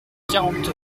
quarante